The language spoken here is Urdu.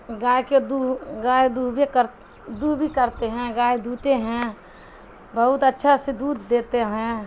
گائے کے دو گائے دوہبے کر دوہ بھی کرتے ہیں گائے دوہتے ہیں بہت اچھا سے دودھ دیتے ہیں